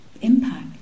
impact